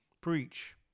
preach